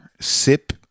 sip